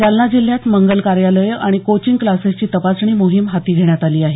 जालना जिल्ह्यात मंगल कार्यालयं आणि कोचिंग क्लासेसची तपासणी मोहीम हाती घेण्यात आली आहे